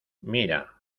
mira